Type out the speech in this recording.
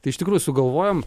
tai iš tikrųjų sugalvojom